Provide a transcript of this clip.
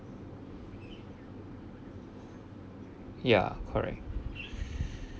ya correct